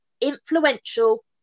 influential